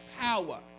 power